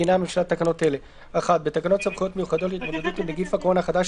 מתקינה הממשלה תקנות אלה: תיקון תקנה 1 בתקנות